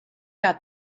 got